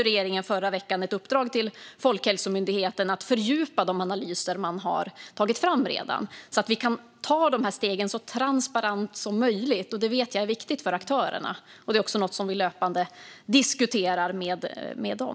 Regeringen gav förra veckan i uppdrag till Folkhälsomyndigheten att fördjupa de analyser man redan har tagit fram så att vi kan ta de här stegen så transparent som möjligt. Jag vet att detta är viktigt för aktörerna, och det är också något som vi löpande diskuterar med dem.